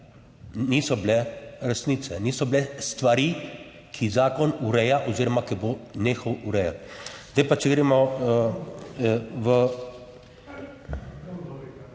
niso bile resnice, niso bile stvari, ki jih zakon ureja oziroma ki bo nehal urejati. Zdaj pa, če gremo v…